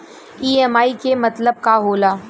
EMI के मतलब का होला?